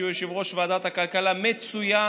שהוא יושב-ראש ועדת הכלכלה מצוין,